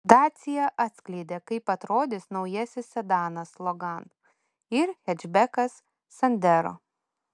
dacia atskleidė kaip atrodys naujasis sedanas logan ir hečbekas sandero